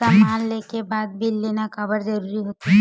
समान ले के बाद बिल लेना काबर जरूरी होथे?